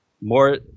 more